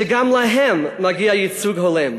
שגם להם מגיע ייצוג הולם.